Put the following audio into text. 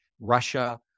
Russia